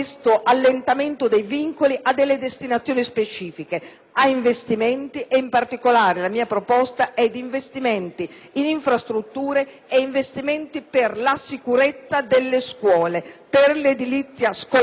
a investimenti e, in particolare, la mia proposta è per realizzare investimenti in infrastrutture e investimenti per la sicurezza delle scuole e per l'edilizia scolastica mirata appunto alla sicurezza.